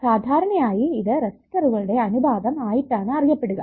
സാധാരണയായി ഇത് റെസിസ്റ്ററുകളുടെ അനുപാതം ആയിട്ടാണ് അറിയപ്പെടുക